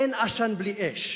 אין עשן בלי אש.